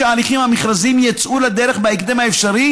שההליכים המכרזיים יצאו לדרך בהקדם האפשרי,